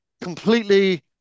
completely